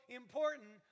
important